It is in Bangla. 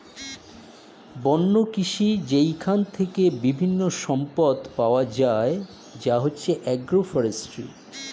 বন্য কৃষি যেইখান থেকে বিভিন্ন সম্পদ পাওয়া যায় যা হচ্ছে এগ্রো ফরেষ্ট্রী